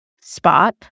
spot